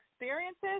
experiences